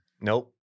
Nope